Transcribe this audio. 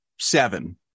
seven